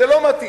זה לא מתאים.